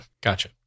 Gotcha